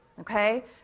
okay